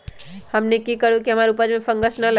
हमनी की करू की हमार उपज में फंगस ना लगे?